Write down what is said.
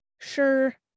Sure